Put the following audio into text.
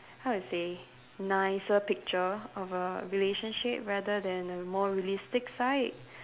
how to say nicer picture of a relationship rather than a more realistic side